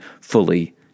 fully